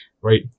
right